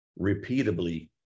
repeatably